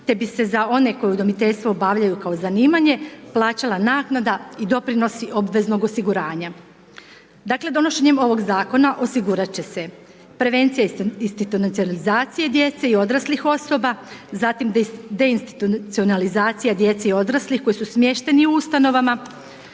te bi se za one koje udomiteljstvo obavljaju kao zanimanje plaćala naknada i doprinosi obveznog osiguranja. Dakle, donošenjem ovog zakona osigurat će se prevencija institucionalizacije djece i odraslih osoba, zatim, deinstitucionalizacija djece o odraslih koji su smješteni u ustanovama,